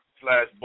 slash